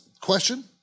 question